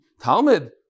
Talmud